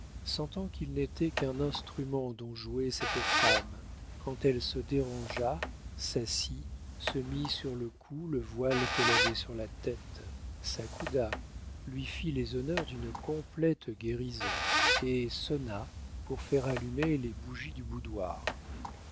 sentant qu'il n'était qu'un instrument dont jouait cette femme quand elle se dérangea s'assit se mit sur le cou le voile qu'elle avait sur la tête s'accouda lui fit les honneurs d'une complète guérison et sonna pour faire allumer les bougies du boudoir